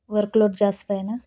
work load जास्त आहे ना